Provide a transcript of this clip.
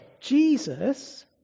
Jesus